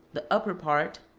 the upper part,